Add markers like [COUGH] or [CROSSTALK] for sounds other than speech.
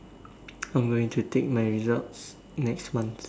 [NOISE] I'm going to take my results next month